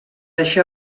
això